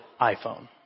iPhone